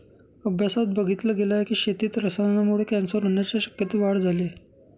अभ्यासात बघितल गेल आहे की, शेतीत रसायनांमुळे कॅन्सर होण्याच्या शक्यतेत वाढ झाली आहे